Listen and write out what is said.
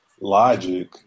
Logic